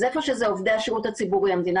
אז איפה שזה עובדי השירות הציבורי המדינה